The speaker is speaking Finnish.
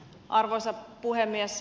arvoisa puhemies